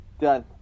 done